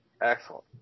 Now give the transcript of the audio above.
Excellent